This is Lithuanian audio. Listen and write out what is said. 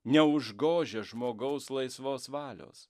neužgožia žmogaus laisvos valios